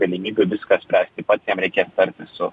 galimybių viską spręsti pats jam reikės tartis su